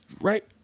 Right